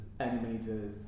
animators